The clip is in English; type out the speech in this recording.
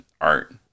art